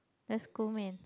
that's cool man